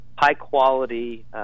high-quality